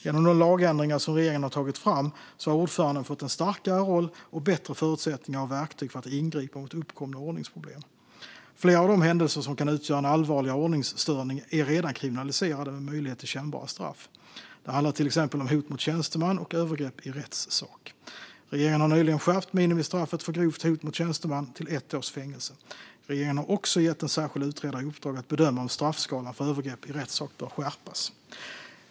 Genom de lagändringar som regeringen har tagit fram har ordföranden fått en starkare roll och bättre förutsättningar och verktyg för att ingripa mot uppkomna ordningsproblem. Flera av de händelser som kan utgöra en allvarligare ordningsstörning är redan kriminaliserade med möjlighet till kännbara straff. Det handlar till exempel om hot mot tjänsteman och övergrepp i rättssak. Regeringen har nyligen skärpt minimistraffet för grovt hot mot tjänsteman till ett års fängelse. Regeringen har också gett en särskild utredare i uppdrag att bedöma om straffskalan för övergrepp i rättssak bör skärpas.